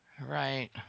right